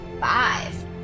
Five